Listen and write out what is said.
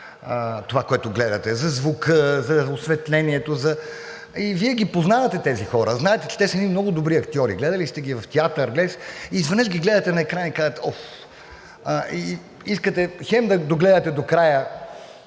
това, което гледате – за звука, за осветлението, за… И Вие ги познавате тези хора, знаете, че те са едни много добри актьори, гледали сте ги в театър, гледали сте ги... И изведнъж ги гледате на екрана и казвате: „Офф“ – искате, хем да догледате до края